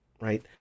right